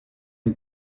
une